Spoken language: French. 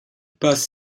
passe